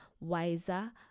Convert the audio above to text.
wiser